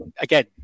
again